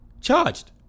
Charged